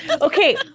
Okay